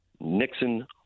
Nixon